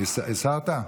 הסרת?